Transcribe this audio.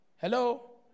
Hello